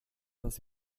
was